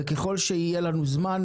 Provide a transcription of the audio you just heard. וככל שיהיה לנו זמן,